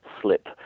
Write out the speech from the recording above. slip